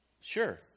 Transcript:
Sure